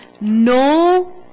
no